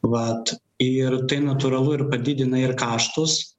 vat ir tai natūralu ir padidina ir kaštus